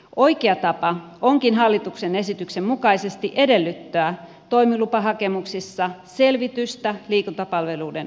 oikea tapa onkin hallituksen esityksen mukaisesti edellyttää toimilupahakemuksissa selvitystä liikuntapalveluiden toteuttamisesta